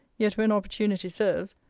yet when opportunity serves,